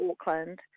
Auckland